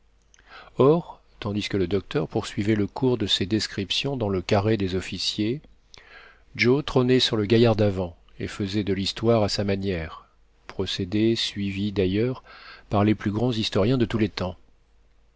or tandis que le docteur poursuivait le cours de ses descriptions dans le carré des officiers joe trônait sur le gaillard d'avant et faisait de l'histoire à sa manière procédé suivi d'ailleurs par les plus grands historiens de tous les temps